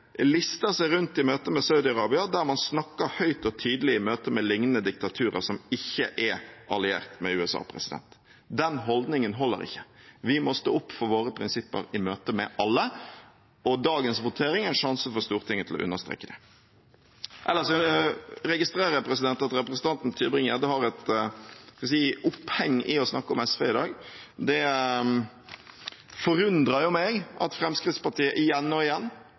lister seg rundt i møte med Saudi-Arabia der man snakker høyt og tydelig i møte med lignende diktaturer som ikke er alliert med USA. Den holdningen holder ikke. Vi må stå opp for våre prinsipper i møte med alle, og dagens votering er en sjanse for Stortinget til å understreke det. Ellers registrerer jeg at representanten Tybring-Gjedde er – skal vi si – opphengt i å snakke om SV i dag. Det forundrer meg at Fremskrittspartiet igjen og igjen